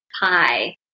pie